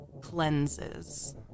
cleanses